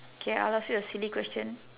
K I'll ask you a silly question